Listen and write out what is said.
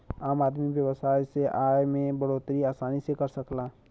आम आदमी व्यवसाय से आय में बढ़ोतरी आसानी से कर सकला